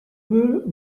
peu